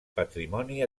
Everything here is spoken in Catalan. patrimoni